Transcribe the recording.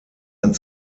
ein